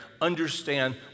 understand